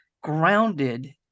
grounded